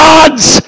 God's